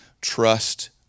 trust